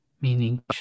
meaning